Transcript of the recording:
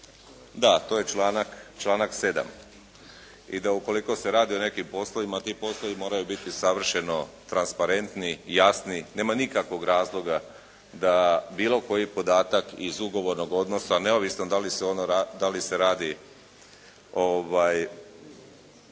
Da, to je članak 7. i da ukoliko se radi o nekim poslovima ti poslovi moraju biti savršeno transparentni, jasni. Nema nikakvog razloga da bilo koji podatak iz ugovornog odnosa neovisno da li se radi